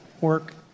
work